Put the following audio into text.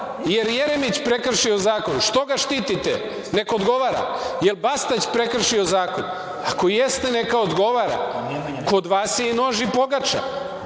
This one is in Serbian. Jer Jeremić prekršio zakon? Što ga štitite? Neka odgovara. Jel Bastać prekršio zakon? Ako jeste neka odgovara. Kod vas je i nož i pogača.